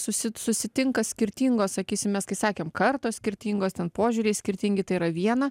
susi susitinka skirtingos sakysim mes kai sakėm kartos skirtingos ten požiūriai skirtingi tai yra viena